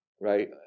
Right